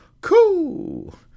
Cool